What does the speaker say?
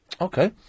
Okay